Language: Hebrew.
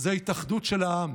זו ההתאחדות של העם,